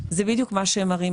זה בדיוק מה שהם מראים,